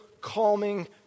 calming